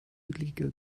hügelige